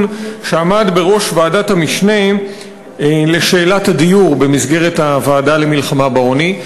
ועמד בראש ועדת המשנה לשאלת הדיור במסגרת הוועדה למלחמה בעוני.